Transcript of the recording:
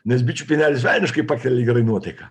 nes bičių pienelis velniškai pakelia nuotaiką